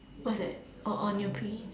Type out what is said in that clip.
what's that oh oh need to pee